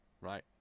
right